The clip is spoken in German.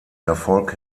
erfolg